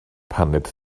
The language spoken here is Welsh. paned